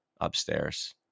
upstairs